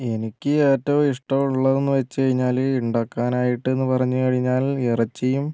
എനിക്ക് ഏറ്റവും ഇഷ്ടം ഉള്ളതെന്ന് വച്ചു കഴിഞ്ഞാൽ ഉണ്ടാക്കാനായിട്ടെന്നു പറഞ്ഞു കഴിഞ്ഞാൽ ഇറച്ചിയും